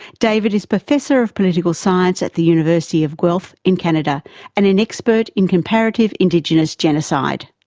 david is professor of political science at the university of guelph in canada and an expert in comparative indigenous genocide.